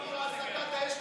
אם הפסקת האש תיגמר,